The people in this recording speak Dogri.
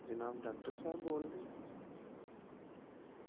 जनाब डाक्टर साह्ब बोलदे